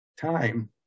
time